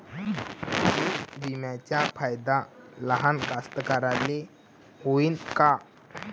पीक विम्याचा फायदा लहान कास्तकाराइले होईन का?